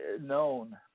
known